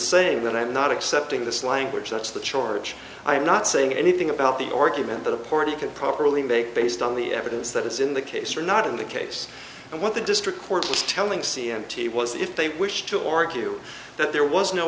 saying that i'm not accepting this language that's the charge i'm not saying anything about the organ meant that a party could properly make based on the evidence that is in the case or not in the case and what the district court is telling c m t was if they wish to argue that there was no